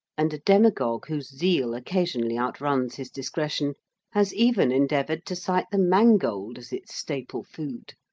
and a demagogue whose zeal occasionally outruns his discretion has even endeavoured to cite the mangold as its staple food.